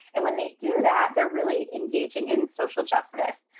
and when they do that, they're really engaging in social justice.